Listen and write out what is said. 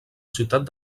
ciutat